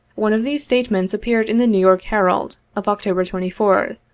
one of these state ments appeared in the new york herald, of october twenty fourth.